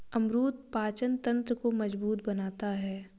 अमरूद पाचन तंत्र को मजबूत बनाता है